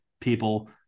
people